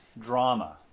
drama